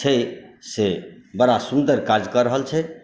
छै से बड़ा सुन्दर कार्य कऽ रहल छै